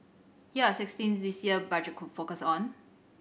here are six things this year Budget could focus on